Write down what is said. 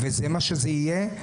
וזה מה שזה יהיה,